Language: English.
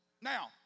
Now